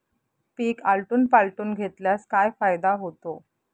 पीक आलटून पालटून घेतल्यास काय फायदा होतो?